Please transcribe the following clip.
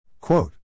Quote